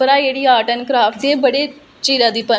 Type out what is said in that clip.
तांहियै करियै